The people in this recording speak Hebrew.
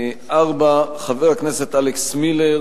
4. חבר הכנסת אלכס מילר